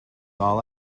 all